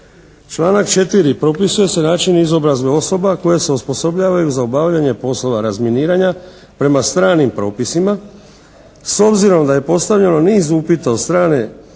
Članak 4. propisuje način izobrazbe osoba koje se osposobljavaju za obavljanje poslove razminiranja prema stranim propisima. S obzirom da je postavljeno niz upita od strane